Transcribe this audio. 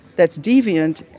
that's deviant,